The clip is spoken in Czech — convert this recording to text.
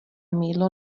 mýdlo